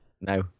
No